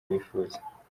wifuza